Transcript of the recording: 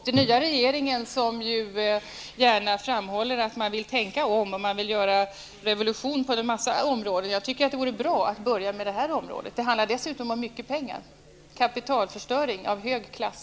Den nya regeringen framhåller gärna att man vill tänka om och göra revolution på en mängd områden. Jag tycker att det vore bra att börja med det här området. Det handlar dessutom om mycket pengar, kapitalförstöring av hög klass.